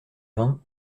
vingts